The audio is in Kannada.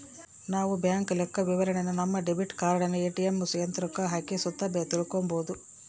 ನಾವು ಬ್ಯಾಂಕ್ ಲೆಕ್ಕವಿವರಣೆನ ನಮ್ಮ ಡೆಬಿಟ್ ಕಾರ್ಡನ ಏ.ಟಿ.ಎಮ್ ಯಂತ್ರುಕ್ಕ ಹಾಕಿ ಸುತ ತಿಳ್ಕಂಬೋದಾಗೆತೆ